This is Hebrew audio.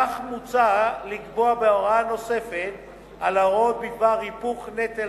כך מוצע לקבוע הוראה נוספת על ההוראות בדבר היפוך נטל